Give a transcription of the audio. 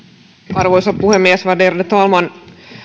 arvoisa puhemies värderade talman